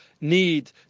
need